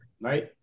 Right